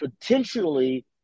potentially